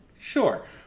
sure